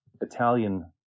Italian